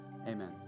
Amen